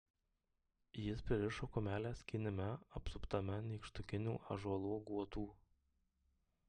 jis pririšo kumelę skynime apsuptame nykštukinių ąžuolų guotų